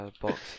Box